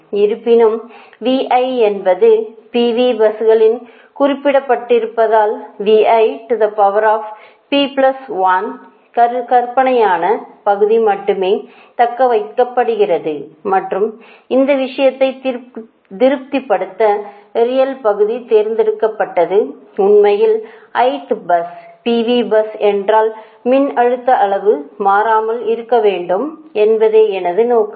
இருப்பினும் என்பது P V பஸ்களில் குறிப்பிடப்பட்டிருப்பதால் யின் கற்பனையான பகுதி மட்டுமே தக்கவைக்கப்படுகிறது மற்றும் இந்த விஷயத்தை திருப்திப்படுத்த ரியல் பகுதி தேர்ந்தெடுக்கப்பட்டது உண்மையில் ith பஸ் PV பஸ் என்றால் மின்னழுத்த அளவு மாறாமல் இருக்க வேண்டும் என்பதே எனது நோக்கம்